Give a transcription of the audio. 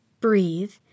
breathe